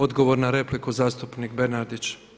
Odgovor na repliku zastupnik Bernardić.